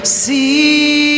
see